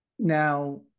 Now